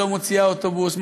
לא מוציאה אוטובוס,